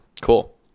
Cool